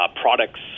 products